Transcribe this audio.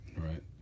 right